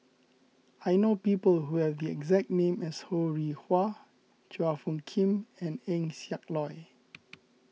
I know people who have the exact name as Ho Rih Hwa Chua Phung Kim and Eng Siak Loy